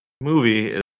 movie